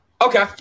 Okay